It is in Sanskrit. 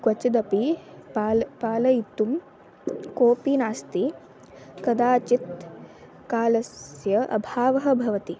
क्वचिदपि पाल् पालयितुं कोपि नास्ति कदाचित् कालस्य अभावः भवति